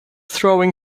throwing